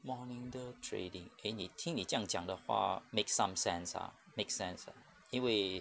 monitor trading 给你听你这样讲的话 make some sense ah make sense ah 因为